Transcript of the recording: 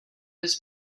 his